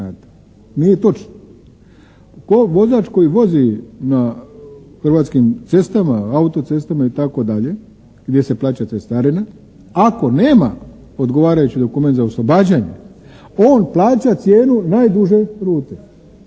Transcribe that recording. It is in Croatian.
Nije točno. Vozač koji vozi na hrvatskim cestama, autocestama, itd., gdje se plaća cestarina, ako nema odgovarajući dokument za oslobađanje on plaća cijenu najduže rute